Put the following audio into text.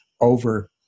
over